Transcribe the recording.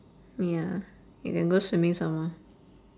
ya you can go swimming somemore